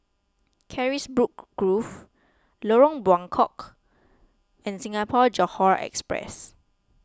Carisbrooke Grove Lorong Buangkok and Singapore Johore Express